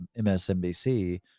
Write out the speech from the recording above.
MSNBC